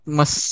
mas